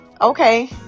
okay